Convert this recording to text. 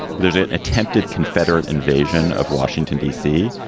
there's an attempted confederate invasion of washington, d c.